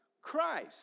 Christ